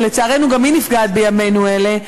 שלצערנו גם היא נפגעת בימינו אלה,